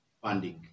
funding